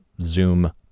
Zoom